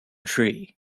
tree